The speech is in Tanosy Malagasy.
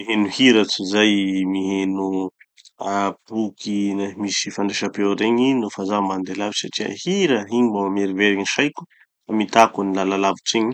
Miheno hira tozay miheno ah boky misy fandraisam-peo regny nofa zaho mandeha lavitry satria hira, igny mba mamerivery gny saiko, hamitako any lala lavitry igny.